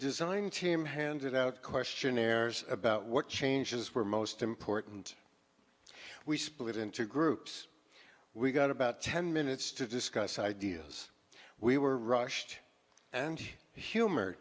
design team handed out questionnaires about what changes were most important we split into groups we got about ten minutes to discuss ideas we were rushed and humor